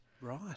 Right